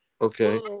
Okay